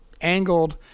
angled